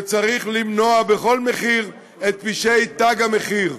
וצריך למנוע בכל מחיר את פשעי "תג מחיר".